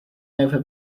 over